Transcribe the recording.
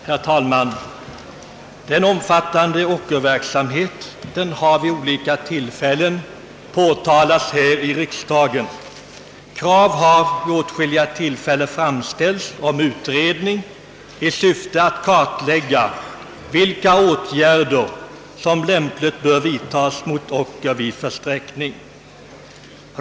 Herr talman! Den omfattande ockerverksamheten har vid olika tillfällen påtalats här i riksdagen. Krav har framställts om utredning i syfte att kartlägga vilka åtgärder som lämpligen bör vidtas mot ocker vid försträckning.